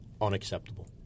unacceptable